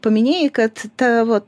paminėjai kad tavo